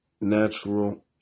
natural